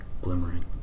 glimmering